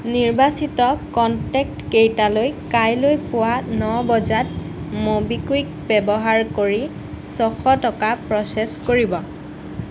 নিৰ্বাচিত কনটেক্টকেইটালৈ কাইলৈ পুৱা ন বজাত ম'বিকুইক ব্যৱহাৰ কৰি ছশ টকা প্ৰচেছ কৰিব